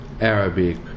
Arabic